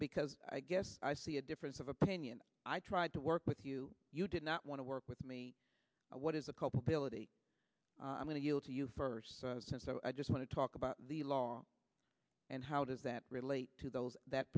because i guess i see a difference of opinion i tried to work with you you did not want to work with what is the culpability i'm going to yield to you first since i just want to talk about the law and how does that relate to those that